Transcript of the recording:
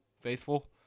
faithful